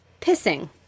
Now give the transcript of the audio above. pissing